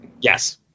Yes